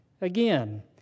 again